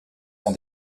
son